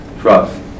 trust